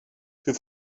für